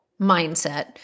mindset